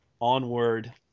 onward